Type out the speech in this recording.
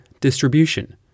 distribution